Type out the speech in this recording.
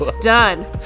done